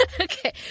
Okay